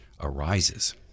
arises